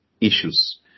issues